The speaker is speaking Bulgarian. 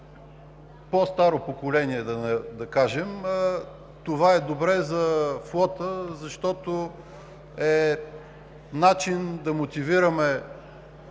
по-старо поколение, да кажем. Това е добре за флота, защото е начин да мотивираме